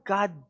God